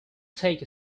take